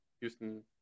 Houston